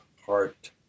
heart